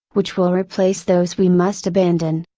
which will replace those we must abandon.